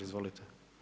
Izvolite.